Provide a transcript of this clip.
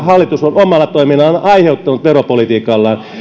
hallitus on omalla toiminnallaan aiheuttanut veropolitiikallaan